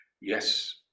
Yes